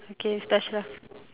okay mister Ashraf